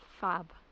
Fab